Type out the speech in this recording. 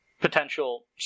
potential